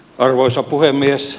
arvoisa puhemies